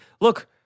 look